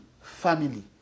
family